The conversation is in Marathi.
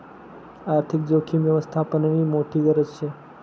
आर्थिक जोखीम यवस्थापननी मोठी गरज शे